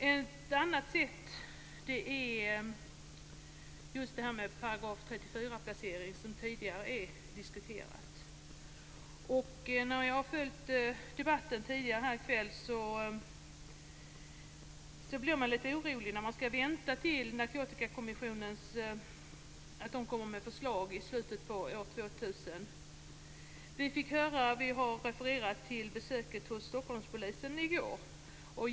Ett annat sätt är just detta med § 34-placering som tidigare diskuterades. Jag har följt debatten här i kväll och blir lite orolig när man skall vänta på att Narkotikakommissionen skall komma med förslag i slutet av år 2000. Vi har refererat till besöket hos Stockholmspolisen i går.